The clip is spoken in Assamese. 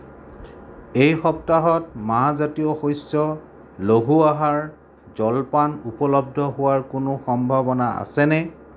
এই সপ্তাহত মাহজাতীয় শস্য লঘু আহাৰ জলপান উপলব্ধ হোৱাৰ কোনো সম্ভাৱনা আছেনে